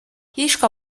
hishwe